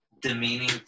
demeaning